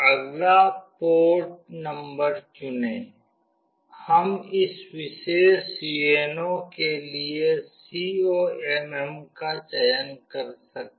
अगला port number चुनें हम इस विशेष UNO के लिए इस COMM का चयन कर सकते हैं